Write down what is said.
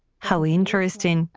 how interesting,